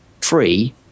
free